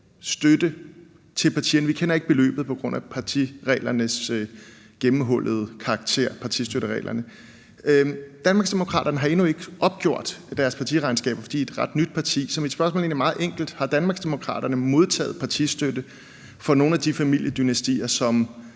støtte til partierne. Vi kender ikke beløbet på grund af partistøttereglernes gennemhullede karakter. Danmarksdemokraterne har endnu ikke opgjort deres partiregnskab, for de er et ret nyt parti, så mit spørgsmål er egentlig meget enkelt: Har Danmarksdemokraterne modtaget partistøtte fra nogle af de familiedynastier, som